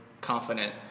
confident